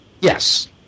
yes